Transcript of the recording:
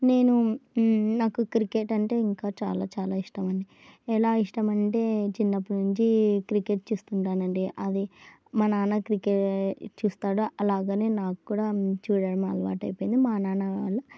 నేను నాకు క్రికెట్ అంటే ఇంకా చాలా చాలా ఇష్టమండి ఎలా ఇష్టమంటే చిన్నప్పటి నుంచి క్రికెట్ చూస్తుంటానండి అది మా నాన్న క్రికెట్ చూస్తాడు అలాగే నాకు కూడా చూడడం అలవాటు అయిపోయింది మా నాన్న వల్ల